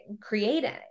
creating